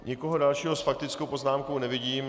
Nikoho dalšího s faktickou poznámkou nevidím.